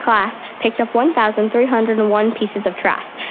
class picked up one thousand three hundred and one pieces of trash.